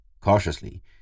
Cautiously